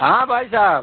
हाँ भाई साहब